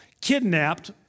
kidnapped